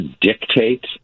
dictate